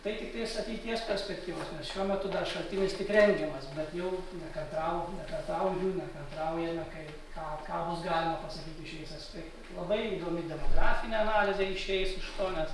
tai tiktais ateities perspektyvos nes šiuo metu dar šaltinis tik rengiamas bet jau nekantrau nekantrauju nekantraujame kai ką ką bus galima pasakyti šiais aspektais labai įdomi demografinė analizė išeis iš to nes